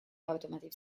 automotive